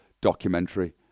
documentary